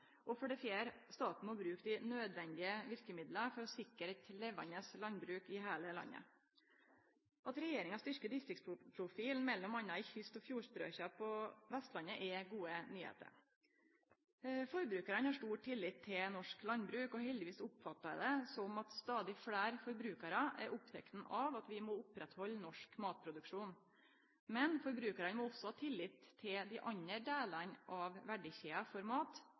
for det fjerde at staten må bruke dei nødvendige verkemidla for å sikre eit levande landbruk i heile landet. At regjeringa styrkjer distriktsprofilen m.a. i kyst- og fjordstrøka på Vestlandet, er gode nyheiter. Forbrukaren har stor tillit til norsk landbruk, og heldigvis oppfattar eg det slik at stadig fleire forbrukarar er opptekne av at vi må halde ved lag norsk matproduksjon. Men forbrukarane må også ha tillit til dei andre delane av verdikjeda for mat